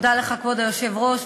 כבוד היושב-ראש,